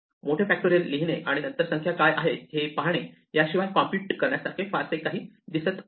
मोठे फॅक्टोरियल लिहिणे आणि नंतर संख्या काय आहे हे पाहणे याशिवाय कॉम्प्युट करण्यासारखे फारसे काही दिसत नाही